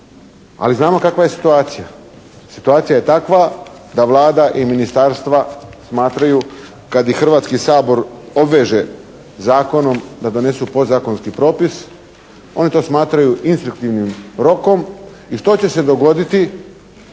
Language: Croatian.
Ali znamo kakva je situacija. Situacija je takva da Vlada i ministarstva smatraju kad ih Hrvatski sabor obveže zakonom da donesu podzakonski propis, oni to smatraju instruktivnim rokom. I što se će dogoditi